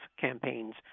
campaigns